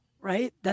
right